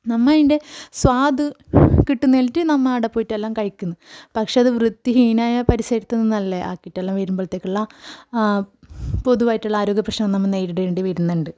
നമ്മൾ അതിൻ്റെ സ്വാദ് കിട്ടുന്നതായിട്ട് നമ്മൾ ആടപ്പോയിട്ട് എല്ലാം കഴിക്കുന്നത് പക്ഷെ അത് വൃത്തിഹീനമായ പരിസരത്തു നിന്നല്ലേ ആക്കിയിട്ടെല്ലാം വരുമ്പോഴത്തേക്കുള്ള പൊതുവായിട്ടുള്ള ആരോഗ്യ പ്രശ്നം നമ്മൾ നേരിടേണ്ടി വരുന്നുണ്ട്